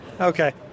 okay